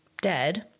dead